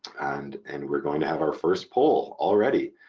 and and we're going to have our first poll already!